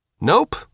Nope